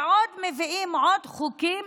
ומביאים עוד חוקים